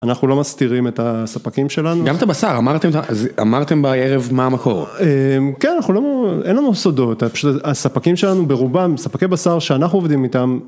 אנחנו לא מסתירים את הספקים שלנו. גם את הבשר, אמרתם בערב מה המקור. כן, אין לנו סודות, הספקים שלנו ברובם ספקי בשר שאנחנו עובדים איתם.